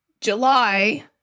July